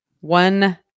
one